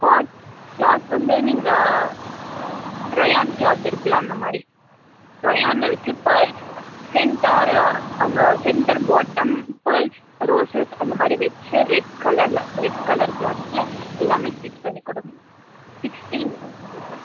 cloth cloth வந்து நீங்கள் rayon cloth இருக்குதுல்ல அந்தமாதிரி ரெயானில் வெச்சி பேர்ல்ஸ் சென்டர் அங்கே சென்டர் பாட்டம் பேர்ல்ஸ் ரோஸஸ் அந்தமாதிரி வெச்சி ரெட் கலரில் ரெட் கலர் க்ளாத்தில் எல்லாமே ஸ்டிச் பண்ணி கொடுக்கணும் சிக்ஸ்ட்டின்